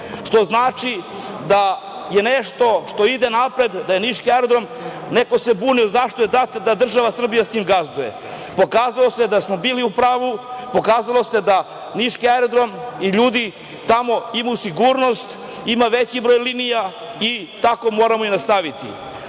Što znači da je nešto što ide napred, da je niški aerodrom, neko se buni zašto je dat da država Srbija gazduje. Pokazao se da smo bili u pravu, pokazalo se da niški aerodrom i ljudi tamo imaju sigurnost, ima veći broj linija i tako moramo i nastaviti.